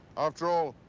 after all,